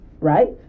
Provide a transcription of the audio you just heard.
right